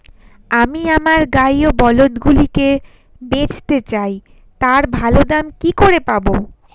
আমি আমার গাই ও বলদগুলিকে বেঁচতে চাই, তার ভালো দাম কি করে পাবো?